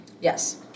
Yes